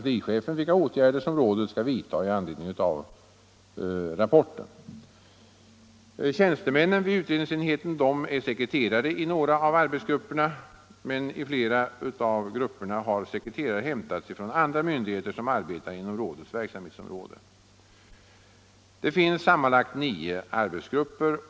Tjänstemännen vid utredningsenheten är sekreterare i några av arbetsgrupperna. I flera av grupperna har sekreteraren hämtats från andra myndigheter som arbetar inom rådets verksamhetsområde. Det finns sammanlagt nio arbetsgrupper.